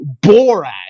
Borat